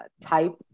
type